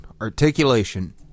articulation